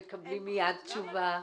מקבלים מייד תשובה.